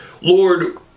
lord